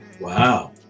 Wow